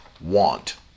want